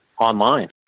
online